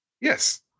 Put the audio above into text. Yes